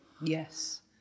yes